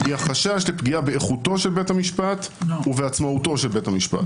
היא החשש לפגיעה באיכותו של בית המשפט ובעצמאותו של בית המשפט.